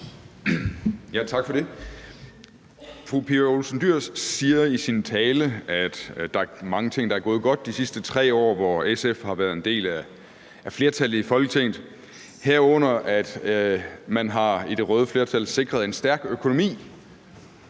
: Tak for det. Fru Pia Olsen Dyhr siger i sin tale, at der er mange ting, der er gået godt de sidste 3 år, hvor SF har været en del af flertallet i Folketinget, herunder at man i det røde flertal har sikret en stærk økonomi.